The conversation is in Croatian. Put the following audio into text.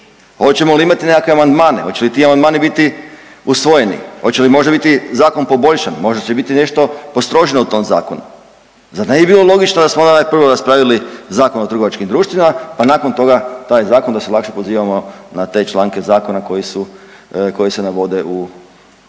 hoćemo li imati nekakve amandmane, hoće li ti amandmani biti usvojeni, hoće li možda biti zakon poboljšan, možda će biti nešto postroženo u tom zakonu, zar ne bi bilo logično da smo prvo raspravljali Zakon o trgovačkim društvima, pa nakon toga taj zakon da se lakše pozivamo na te članke zakona koji su, koji se